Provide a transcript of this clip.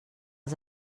els